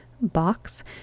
box